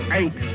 eight